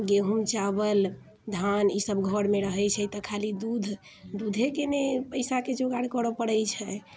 गेहूँ चावल धान ई सभ घरमे रहैत छै तऽ खाली दूध दूधेके ने पैसाके जोगाड़ करऽ पड़ैत छै